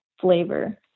flavor